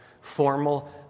formal